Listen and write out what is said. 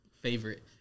Favorite